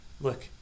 Look